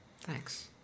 Thanks